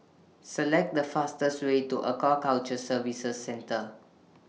Select The fastest Way to Aquaculture Services Centre